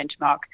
benchmark